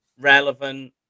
relevant